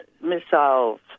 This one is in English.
missiles